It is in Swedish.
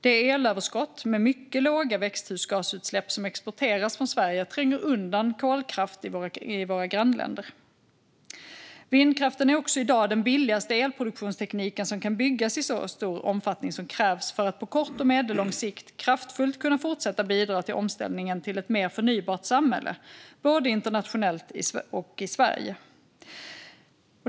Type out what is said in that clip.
Det är elöverskott med mycket låga växthusgasutsläpp som exporteras från Sverige och tränger undan kolkraft i våra grannländer. Vindkraften är också i dag den billigaste elproduktionsteknik som kan byggas i så stor omfattning som krävs för att på kort och medellång sikt kraftfullt kunna fortsätta bidra till omställningen till ett mer förnybart samhälle både internationellt och i Sverige.